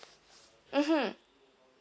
mmhmm